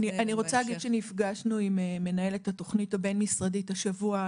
אני רוצה להגיד שאנחנו נפגשנו עם המנהלת הבין משרדית השבוע,